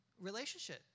relationship